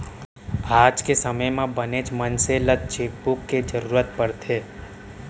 आज के समे म बनेच मनसे ल चेकबूक के जरूरत परथे